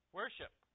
worship